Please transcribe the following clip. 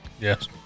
Yes